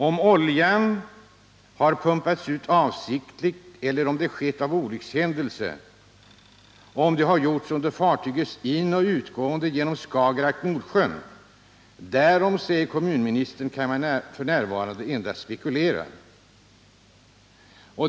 Om oljan har pumpats ut avsiktligt eller om det har skett av olyckshändelse och om det har gjorts under fartygets ineller utgående genom Skagerack-Nordsjön, därom kan man, säger kommunministern, f. n. endast spekulera.